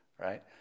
Right